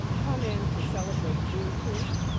come in to celebrate juneteenth.